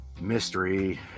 mystery